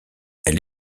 elle